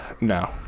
No